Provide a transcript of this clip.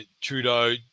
Trudeau